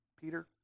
Peter